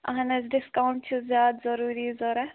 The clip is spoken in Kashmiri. اَہَن حظ ڈِسکاوُنٛٹ چھِ زیادٕ ضروٗری ضروٗرت